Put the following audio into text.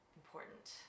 important